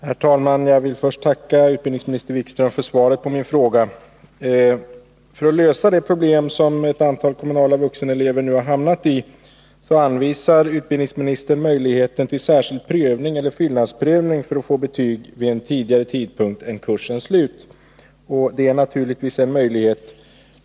Herr talman! Jag vill först tacka utbildningsminister Wikström för svaret på min fråga. För att lösa det problem som ett antal elever vid kommunal vuxenutbildning nu har hamnat i anvisar utbildningsministern ”möjligheten till särskild prövning eller fyllnadsprövning för att få betyg vid en tidigare tidpunkt än vid kursens slut”. Det är naturligtvis en möjlighet.